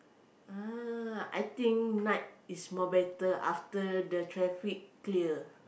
ah I think night is more better after the traffic clear